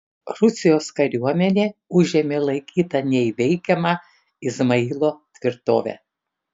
rusijos kariuomenė užėmė laikytą neįveikiama izmailo tvirtovę